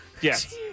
Yes